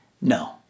No